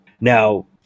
Now